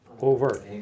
over